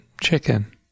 chicken